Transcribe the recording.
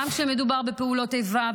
גם כשמדובר בפעולות איבה,